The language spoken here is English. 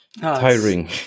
tiring